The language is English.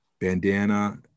bandana